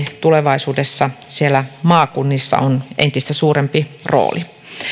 tulevaisuudessa siellä maakunnissa on entistä suurempi rooli